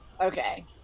Okay